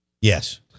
Yes